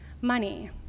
money